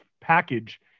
package